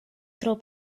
tro